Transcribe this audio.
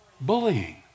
Bullying